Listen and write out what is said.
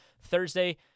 Thursday